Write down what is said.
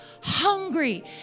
hungry